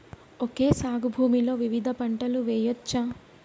Okay సాగు భూమిలో వివిధ పంటలు వెయ్యచ్చా?